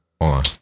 on